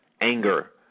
anger